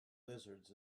lizards